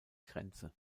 grenze